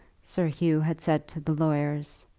sir hugh had said to the lawyers.